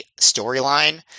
storyline